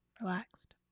relaxed